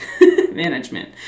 management